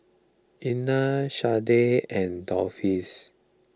Elna Shardae and Dolphus